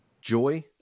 Joy